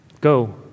Go